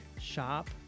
shop